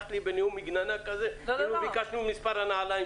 פתחת לי בנאום מגננה כזה כאילו ביקשנו את מספר הנעליים